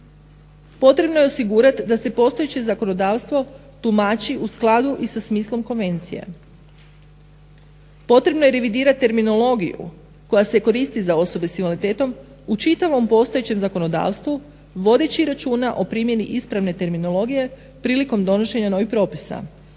Potrebno je osigurati da se postojeće zakonodavstvo tumači u skladu i sa smislom konvencije. Potrebno je revidirati terminologiju koja se koristi za osobe s invaliditetom u čitavom postojećem zakonodavstvu vodeći računa o primjeni ispravne terminologije prilikom donošenja novih propisa.